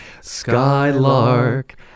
Skylark